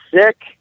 sick